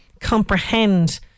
comprehend